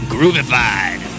Groovified